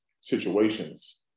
situations